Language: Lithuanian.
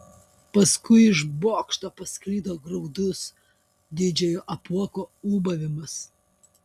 paskui iš bokšto pasklido graudus didžiojo apuoko ūbavimas